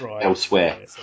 elsewhere